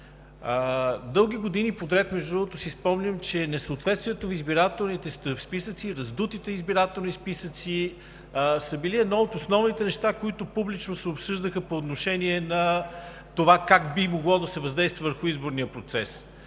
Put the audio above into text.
Дълги години подред, между другото, си спомням, че несъответствието в избирателните списъци, раздутите избирателни списъци са били едно от основните неща, които публично се обсъждаха по отношение на това как би могло да се въздейства върху изборния процес.